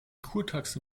kurtaxe